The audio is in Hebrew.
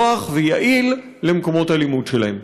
נוח ויעיל למקומות הלימוד שלהם.